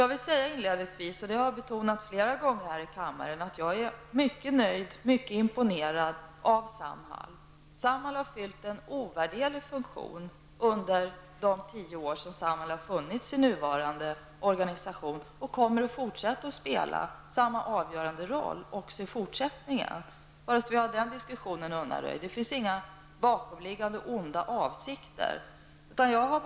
Jag har flera gånger betonat här i kammaren att jag är mycket nöjd och imponerad av Samhall. Samhall har fyllt en ovärderlig funktion under de tio år som Samhall kommer att fortsätta att spela samma avgörande roll också i fortsättningen. Det finns alltså inga bakomliggande onda avsikter i denna diskussion.